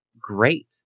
great